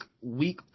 week